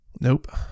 Nope